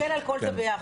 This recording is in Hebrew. הוא מטפל בכל זה ביחד.